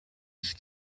ich